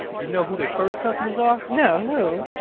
you know who the first customers are? no, who?